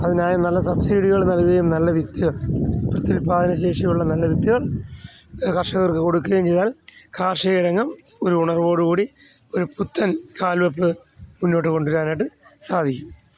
അതിനായി നല്ല സബ്സിഡികൾ നൽകിയും നല്ല വിത്തുകൾ പ്രത്യുൽപ്പാദന ശേഷി ഉള്ള നല്ല വിത്തുകൾ കർഷകർക്ക് കൊടുക്കുകയും ചെയ്താൽ കാർഷികരംഗം ഒരു ഉണർവോടു കൂടി ഒരു പുത്തൻ കാൽവയ്പ്പ് മുന്നോട്ട് കൊണ്ടുവരാനായിട്ട് സാധിക്കും